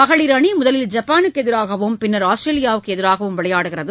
மகளிர் அணி முதலில் ஜப்பானுக்கு எதிராகவும் பின்னர் ஆஸ்திரேலியாவுக்கு எதிராகவும் விளையாடுகிறது